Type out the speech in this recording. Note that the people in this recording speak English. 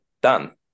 Done